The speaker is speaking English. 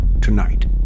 tonight